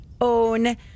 own